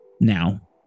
now